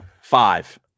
five